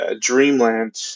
Dreamland